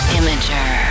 imager